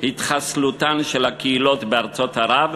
התחסלותן של הקהילות בארצות ערב,